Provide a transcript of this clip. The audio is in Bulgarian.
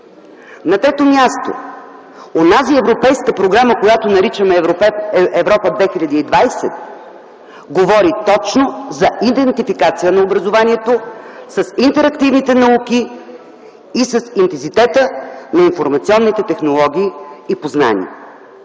На трето място, онази европейска програма, която наричаме „Европа 2020”, говори точно за идентификация на образованието с интерактивните науки и с интензитета на информационните технологии и познания.